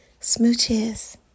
Smooches